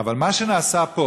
אבל מה שנעשה פה,